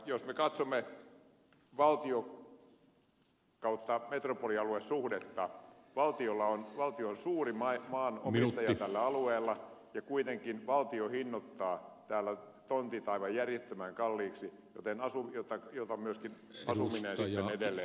jos me katsomme valtiometropolialue suhdetta niin valtio on suuri maanomistaja tällä alueella ja kuitenkin valtio hinnoittaa täällä tontit aivan järjettömän kalliiksi jota myöskin asuminen ja niin edelleen